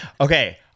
Okay